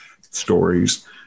stories